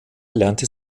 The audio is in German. lernte